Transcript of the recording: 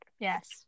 Yes